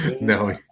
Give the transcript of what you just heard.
No